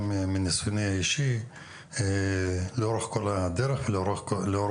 גם מניסיוני האישי לאורך כל החיים.